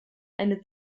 eine